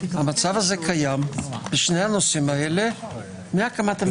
המצב הזה קיים בשני הנושאים האלה מאז הקמת המדינה.